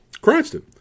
Cranston